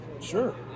sure